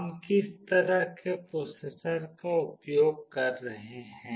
हम किस तरह के प्रोसेसर का उपयोग कर रहे हैं